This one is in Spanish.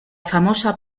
famosa